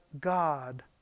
God